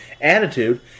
attitude